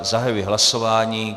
Zahajuji hlasování.